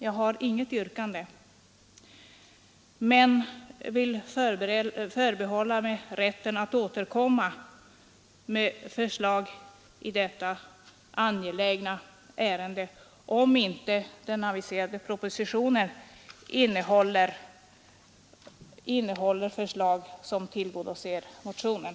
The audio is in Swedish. Jag har inget yrkande men vill förbehålla mig rätten att återkomma med förslag i detta angelägna ärende, om inte den aviserade propositionen innehåller förslag som tillgodoser motionen.